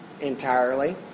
entirely